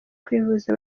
kwivuza